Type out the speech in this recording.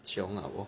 穷啊我